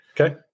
Okay